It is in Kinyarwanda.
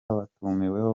batumiwemo